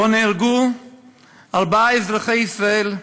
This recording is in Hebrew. שבו נהרגו ארבעה אזרחי ישראל: